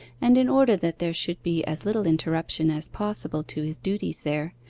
and in order that there should be as little interruption as possible to his duties there,